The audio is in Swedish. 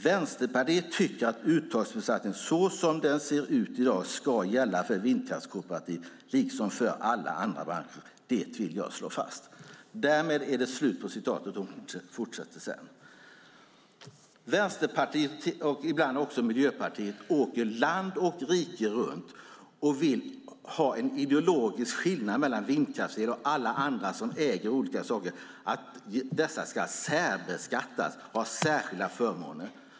Vänsterpartiet tycker att uttagsbeskattning så som den ser ut i dag ska gälla för vindkraftskooperativ liksom för alla andra branscher. Det vill jag slå fast." Vänsterpartiet och ibland också Miljöpartiet åker land och rike runt och vill ha en ideologisk skillnad mellan vindkraftsel och alla andra som äger olika saker. Dessa ska särbeskattas och ha särskilda förmåner.